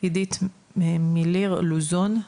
עידית מילר לוזון.